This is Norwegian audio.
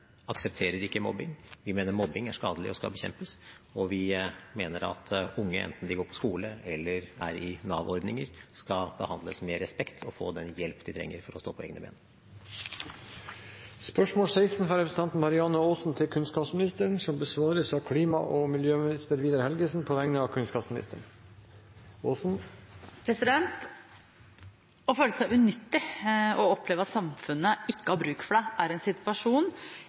mener at unge, enten de går på skole eller er i Nav-ordninger, skal behandles med respekt og få den hjelp de trenger for å stå på egne ben. Dette spørsmålet, fra representanten Marianne Aasen til kunnskapsministeren, vil bli besvart av klima- og miljøministeren på vegne av kunnskapsministeren, som er bortreist. «Å føle seg unyttig og oppleve at samfunnet ikke har bruk for deg, er en situasjon